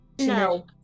No